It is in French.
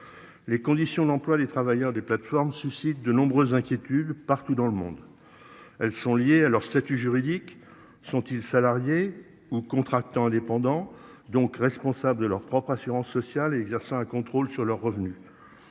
Les conditions d'emploi, les travailleurs des plateformes suscite de nombreuses inquiétudes partout dans le monde. Elles sont liées à leur statut juridique sont-ils salariés en contractant indépendants donc responsables de leur propre assurance sociale et exerçant un contrôle sur leurs revenus.